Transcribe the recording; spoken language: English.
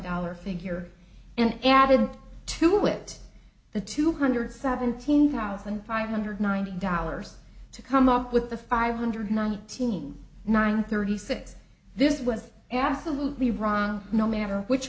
dollars figure and added to it the two hundred seventeen thousand five hundred ninety dollars to come up with the five hundred nineteen nine thirty six this was absolutely wrong no matter which